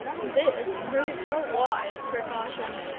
this proved a wise precaution.